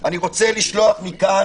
אני רוצה לשלוח מכאן